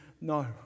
No